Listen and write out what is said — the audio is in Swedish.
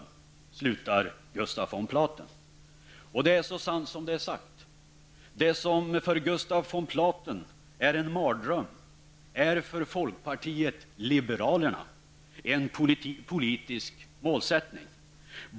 Det är så sant som det är sagt. Det som för Gustaf von Platen är en mardröm är för folkpartiet liberalerna en politisk målsättning.